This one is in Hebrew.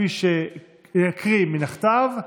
להקריא מן הכתב.